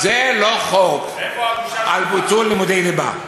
זה לא חוק על ביטול לימודי ליבה,